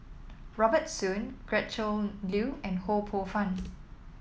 Robert Soon Gretchen Liu and Ho Poh Fun